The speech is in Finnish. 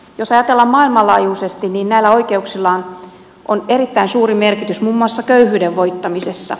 jos ajatellaan maailmanlaajuisesti niin näillä oikeuksilla on erittäin suuri merkitys muun muassa köyhyyden voittamisessa